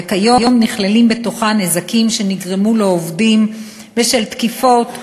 וכיום נכללים בתוכה נזקים שנגרמו לעובדים בשל תקיפות,